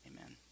Amen